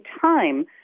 time